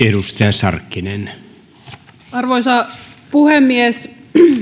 arvoisa puhemies